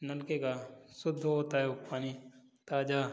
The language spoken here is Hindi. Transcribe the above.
नलके का शुद्ध होता है वो पानी ताज़ा